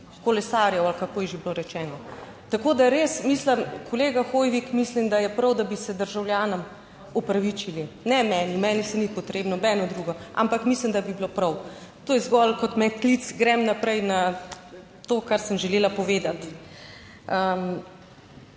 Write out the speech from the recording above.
kolesarjev, ali kako je že bilo rečeno. Tako, da res, mislim kolega Hoivik, mislim da je prav, da bi se državljanom opravičili, ne meni, meni se ni potrebno nobeno drugo, ampak mislim, da bi bilo prav, to je zgolj kot medklic, grem naprej na to. Kar sem želela povedati.